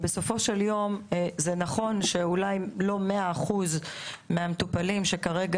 בסופו של יום זה נכון שאולי לא 100 אחוזים מהמטופלים שכרגע